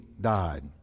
died